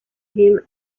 him